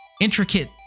intricate